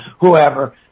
whoever